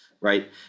Right